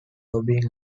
lobbying